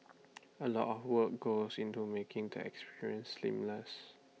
A lot of work goes into making the experience seamless